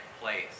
place